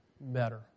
better